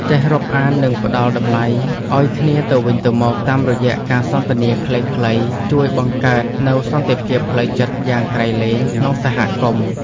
ចេះរាប់អាននិងផ្ដល់តម្លៃឱ្យគ្នាទៅវិញទៅមកតាមរយៈការសន្ទនាខ្លីៗជួយបង្កើតនូវសន្តិភាពផ្លូវចិត្តយ៉ាងក្រៃលែងក្នុងសហគមន៍។